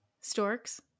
Storks